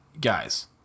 guys